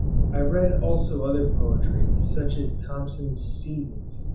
i read also other poetry, such as thomson's seasons,